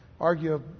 argue